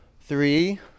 Three